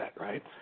right